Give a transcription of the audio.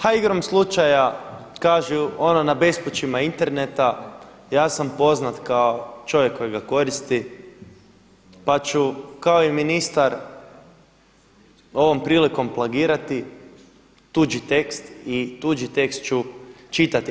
Ha igrom slučaju kažu ono na bespućima interneta ja sam poznat kao čovjek koji ga koristi, pa ću kao i ministar ovom prilikom plagirati tuđi tekst i tuđi tekst ću čitati.